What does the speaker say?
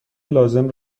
لازم